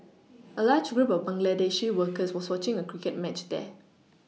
a large group of Bangladeshi workers was watching a cricket match there